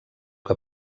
que